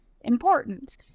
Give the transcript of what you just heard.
important